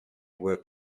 were